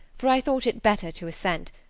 for i thought it better to assent,